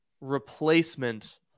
replacement